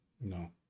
No